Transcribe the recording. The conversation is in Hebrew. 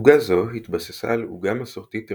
עוגה זו התבססה על עוגה מסורתית אירופית,